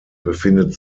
befindet